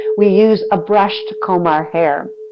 we use a brush to comb our hair.